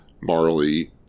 marley